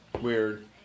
Weird